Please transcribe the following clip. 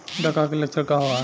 डकहा के लक्षण का वा?